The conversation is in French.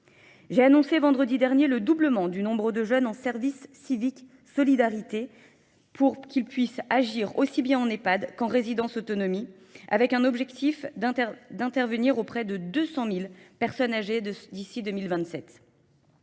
J'ai annoncé vendredi dernier le doublement du nombre de jeunes en services civiques Solidarité pour qu'ils puissent agir aussi bien en EHPAD qu'en résidence autonomie, avec un objectif d'intervenir auprès de 200 000 personnes âgées d'ici 2027.